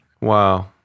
Wow